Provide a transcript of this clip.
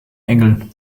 engel